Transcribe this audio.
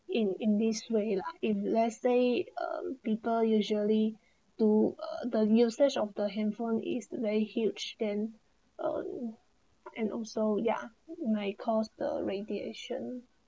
in in this way lah if let's say um people usually do uh the usage of the handphone is very huge then uh and also ya may cause the radiation